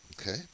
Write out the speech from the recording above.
Okay